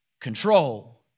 control